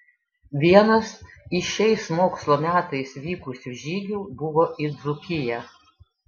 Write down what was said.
vienas iš šiais mokslo metais vykusių žygių buvo į dzūkiją